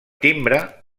timbre